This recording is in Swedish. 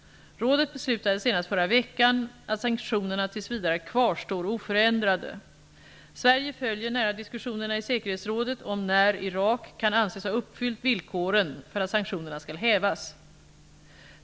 Rådet beslutade senast förra veckan att sanktionerna tills vidare kvarstår oförändrade. Sverige följer nära diskussionerna i säkerhetsrådet om när Irak kan anses ha uppfyllt villkoren för att sanktionerna skall hävas.